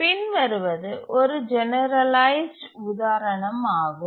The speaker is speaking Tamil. பின்வருவது ஒரு ஜெனரலைஸ்டு உதாரணம் ஆகும்